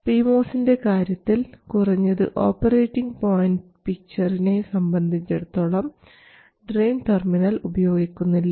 P മോസിൻറെ കാര്യത്തിൽ കുറഞ്ഞത് ഓപ്പറേറ്റിംഗ് പോയിൻറ് പിക്ചറിനെ സംബന്ധിച്ചെടുത്തോളം ഡ്രയിൻ ടെർമിനൽ ഉപയോഗിക്കുന്നില്ല